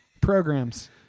Programs